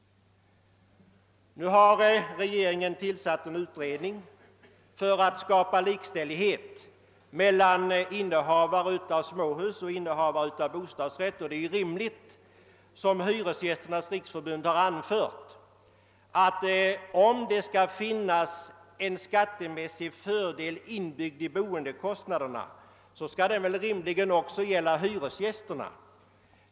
Nu har regeringen tillsatt en utredning för att skapa likställighet mellan innehavare av småhus och innehavare av bostadsrätt. Som Hyresgästernas riksförbund anfört är det rimligt att de skattemässiga fördelar som finns inbyggda i boendekostnaderna, om dessa fördelar skall finnas kvar, även skall tillfalla hyresgästerna.